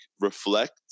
reflect